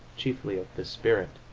chiefly of the spirit.